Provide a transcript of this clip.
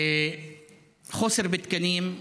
חוסר בתקנים,